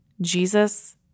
Jesus